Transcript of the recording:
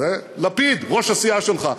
לפיד, ראש הסיעה שלך.